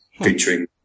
featuring